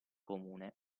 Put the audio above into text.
comune